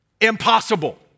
impossible